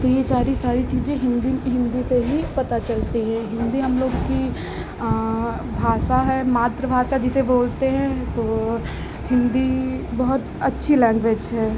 तो यह चारी सारी चीज़ें हिन्दी हिन्दी से ही पता चलती हैं हिन्दी हमलोग की भाषा है मातृभाषा जिसे बोलते हैं तो हिन्दी बहुत अच्छी लैन्ग्वेज है